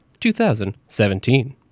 2017